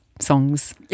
songs